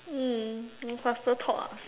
mm you faster talk ah